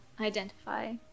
Identify